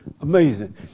Amazing